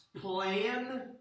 plan